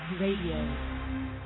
Radio